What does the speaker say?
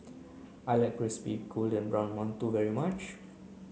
I like Crispy Golden Brown Mantou very much